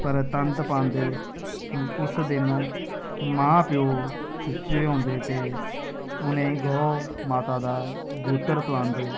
पर तंद पांदे उस दिन मां प्योऽ सुच्चे होंदे ते उ'नें ई गौ माता दा गूत्तर पलांदे